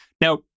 Now